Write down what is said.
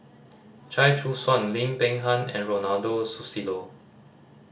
Chia Choo Suan Lim Peng Han and Ronald Susilo